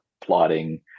plotting